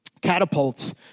catapults